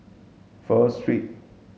Pho Street